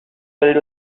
filled